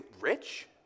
rich